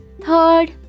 third